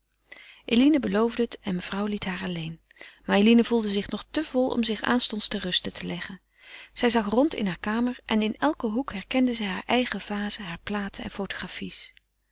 eline beloofde het en mevrouw liet haar alleen maar eline voelde zich nog te vol om zich aanstonds ter ruste te leggen zij zag rond in hare kamer en in elken hoek herkende zij haar eigen vazen hare platen en fotografies